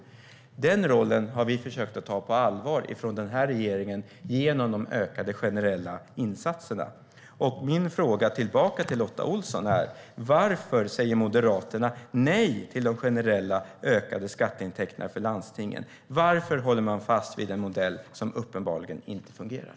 Den rollen har vi i den här regeringen försökt att ta på allvar genom de ökade generella insatserna. Min fråga tillbaka till Lotta Olsson är: Varför säger Moderaterna nej till de generella ökade skatteintäkterna för landstingen? Varför håller man fast vid en modell som uppenbarligen inte fungerar?